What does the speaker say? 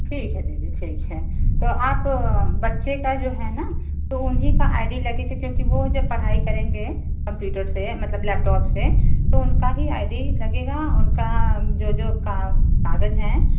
ठीक है दीदी ठीक है तो आप बच्चे का जो है ना उन्ही का आई डी लगेगा क्योंकि वह जब पढ़ाई करेंगे कम्प्यूटर से मतलब लैपटॉप से तो उनका ही आई डी लगेगा उनका जो जो का काग़ज़ है